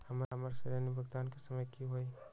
हमर ऋण भुगतान के समय कि होई?